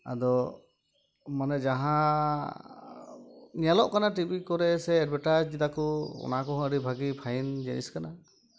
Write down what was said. ᱟᱫᱚ ᱢᱟᱱᱮ ᱡᱟᱦᱟᱸᱻ ᱧᱮᱞᱚᱜ ᱠᱟᱱᱟ ᱴᱤ ᱵᱷᱤ ᱠᱚᱨᱮ ᱥᱮ ᱮᱰᱵᱷᱮᱴᱟᱡᱫᱟᱠᱚ ᱚᱱᱟᱠᱚ ᱦᱚᱸ ᱟᱹᱰᱤ ᱵᱷᱟᱹᱜᱤ ᱯᱷᱟᱭᱤᱱ ᱡᱤᱱᱤᱥ ᱠᱟᱱᱟ